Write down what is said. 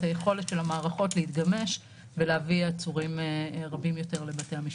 היכולת של המערכות להתגמש ולהביא עצורים רבים יותר לבתי המשפט.